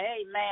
amen